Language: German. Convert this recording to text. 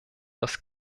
das